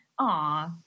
Aw